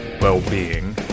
well-being